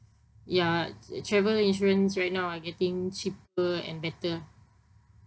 ya travel insurance right now are getting cheaper and better